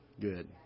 Good